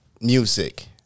music